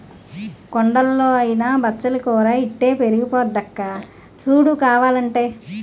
కొండల్లో అయినా బచ్చలి కూర ఇట్టే పెరిగిపోద్దక్కా సూడు కావాలంటే